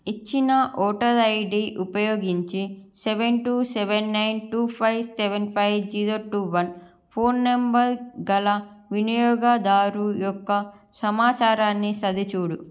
ఇచ్చిన voter ID ఉపయోగించి seven two seven nine two five seven five zero two one phone number గల వినియోగదారు యొక్క సమాచారాన్ని సరిచూడు